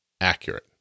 accurate